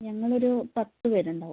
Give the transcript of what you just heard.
ഞങ്ങളൊരു പത്ത് പേരുണ്ടാവും